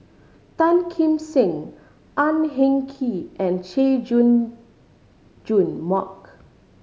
Tan Kim Seng Ang Hin Kee and Chay Jung Jun Mark